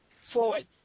forward